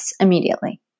immediately